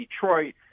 Detroit